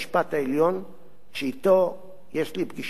שאתו יש לי פגישות כמעט שבועיות קבועות.